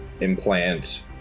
implant